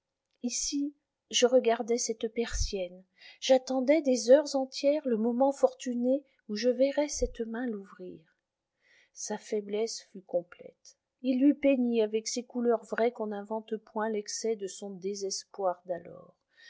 ici je regardais cette persienne j'attendais des heures entières le moment fortuné où je verrais cette main l'ouvrir sa faiblesse fut complète il lui peignit avec ces couleurs vraies qu'on n'invente point l'excès de son désespoir d'alors